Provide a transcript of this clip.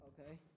Okay